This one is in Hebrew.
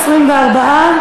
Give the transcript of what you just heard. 24,